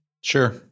Sure